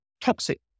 toxic